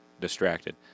distracted